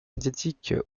médiatique